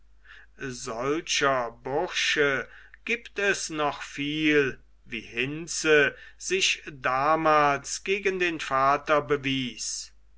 solcher bursche gibt es noch viel wie hinze sich damals gegen den vater bewies